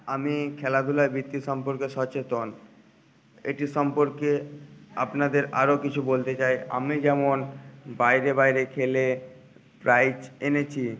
আমি খেলাখুলায় বৃত্তি সম্পর্কে সচেতন এটির সম্পর্কে আপনাদের আরও কিছু বলতে চাই আমি যেমন বাইরে বাইরে খেলে প্রাইজ এনেছি